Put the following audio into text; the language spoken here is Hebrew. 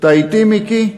אתה אתי, מיקי?